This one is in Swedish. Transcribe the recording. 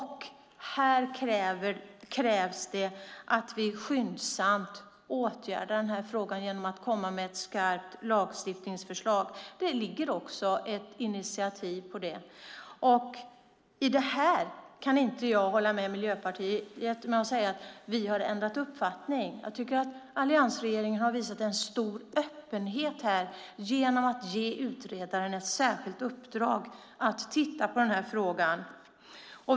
Här krävs det att vi skyndsamt åtgärdar frågan genom att komma med ett skarpt lagstiftningsförslag. Det ligger också ett initiativ till det. Här kan jag inte hålla med Miljöpartiet som säger att vi har ändrat uppfattning. Alliansregeringen har här visat en stor öppenhet genom att ge utredaren ett särskilt uppdrag att titta på den här frågan.